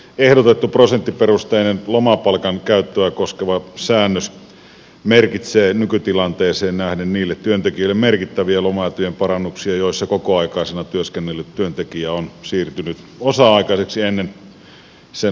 ehdotettu prosenttiperusteinen lomapalkan käyttöä koskeva säännös merkitsee nykytilanteeseen nähden merkittäviä lomaetujen parannuksia sellaisissa tapauksissa kun kokoaikaisena työskennellyt työntekijä on siirtynyt osa aikaiseksi ennen sen loman alkua